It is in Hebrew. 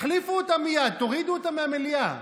תחליפו אותה מייד, תורידו אותה מהמליאה.